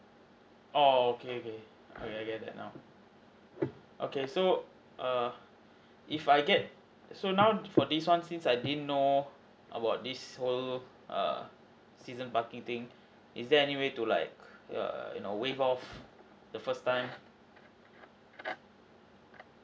oh okay okay okay I get it now okay so err if I get so now for this one since I didn't know about this whole err season parking thing is there any way to like err you know waive off the first time